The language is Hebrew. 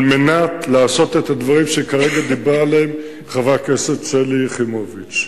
על מנת לעשות את הדברים שכרגע דיברה עליהם חברת הכנסת שלי יחימוביץ,